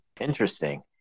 Interesting